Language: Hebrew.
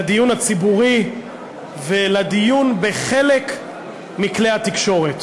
לדיון הציבורי ולדיון בחלק מכלי התקשורת,